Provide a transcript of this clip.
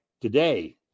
today